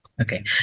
okay